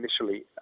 initially